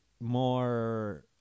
more